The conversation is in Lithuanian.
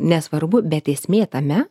nesvarbu bet esmė tame